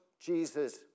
Jesus